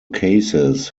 cases